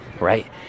right